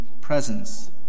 presence